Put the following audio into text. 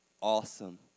awesome